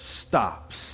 stops